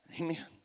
amen